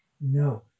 no